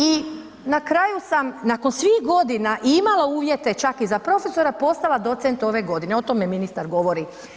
I na kraju sam nakon svih godina i imala uvjete čak i za profesora postala docent ove godine, o tome ministar govori.